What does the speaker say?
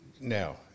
Now